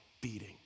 beating